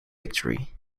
victory